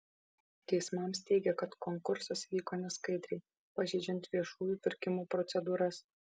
teismams teigė kad konkursas vyko neskaidriai pažeidžiant viešųjų pirkimų procedūras